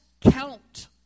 count